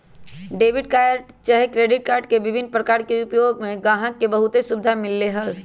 debit चाहे credit card के विभिन्न प्रकार के उपयोग से गाहक के बहुते सुभिधा मिललै ह